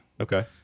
Okay